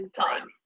time